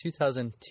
2002